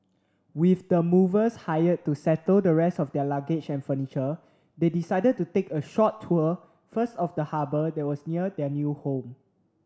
with the movers hired to settle the rest of their luggage and furniture they decided to take a short tour first of the harbour that was near their new home